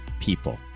people